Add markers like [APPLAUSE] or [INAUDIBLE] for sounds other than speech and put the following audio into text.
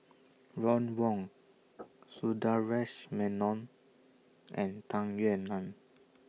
Ron Wong [NOISE] Sundaresh Menon and Tung Yue Nang